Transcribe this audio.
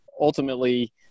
ultimately